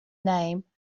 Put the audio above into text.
name